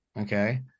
Okay